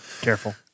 Careful